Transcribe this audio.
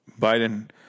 Biden